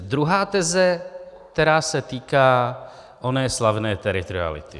Druhá teze, která se týká oné slavné teritoriality.